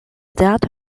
that